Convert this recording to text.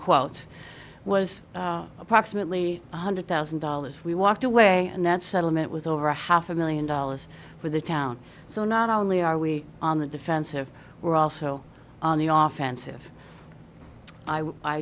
quotes was approximately one hundred thousand dollars we walked away and that settlement was over a half a million dollars for the town so not only are we on the defensive we're also on the off